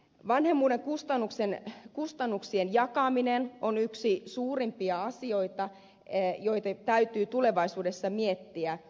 vanhemmuuden kustannuksien jakaminen on yksi suurimpia asioita joita täytyy tulevaisuudessa miettiä